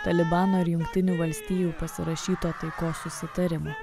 talibano ir jungtinių valstijų pasirašyto taikos susitarimo